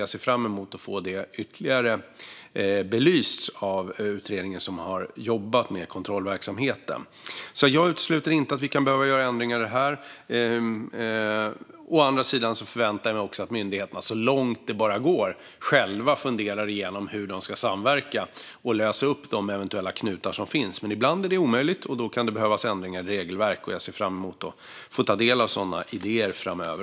Jag ser fram emot att få detta ytterligare belyst av den utredning som har jobbat med kontrollverksamheten. Jag utesluter inte att vi kan behöva göra ändringar. Å andra sidan förväntar jag mig att myndigheterna så långt det går själva funderar igenom hur de ska samverka och lösa upp de eventuella knutar som finns. Ibland är det dock omöjligt, och man kan behöva göra ändringar i regelverk. Jag ser fram emot att också få ta del av sådana idéer framöver.